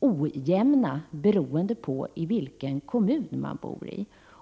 olika beroende på i vilken kommun de bor.